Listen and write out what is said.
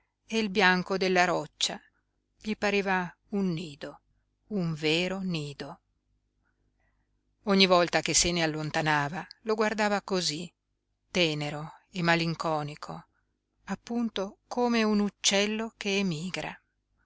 il bianco della roccia gli pareva un nido un vero nido ogni volta che se ne allontanava lo guardava cosí tenero e melanconico appunto come un uccello che emigra